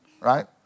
right